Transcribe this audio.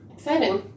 Exciting